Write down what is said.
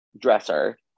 dresser